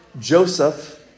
Joseph